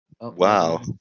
Wow